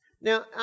now